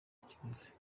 kiguzi